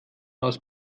aus